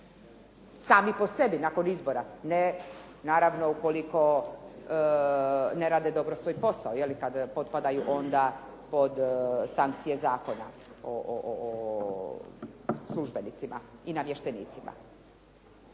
sami po sebi nakon izbora, ne naravno ukoliko ne rade dobro svoj posao kad potpadaju onda pod sankcije Zakona o službenicima i namještenicima.